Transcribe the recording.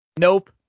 Nope